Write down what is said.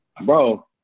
bro